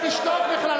אתה תשתוק בכלל,